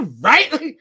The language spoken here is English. Right